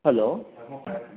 hello